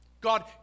God